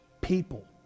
people